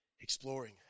exploring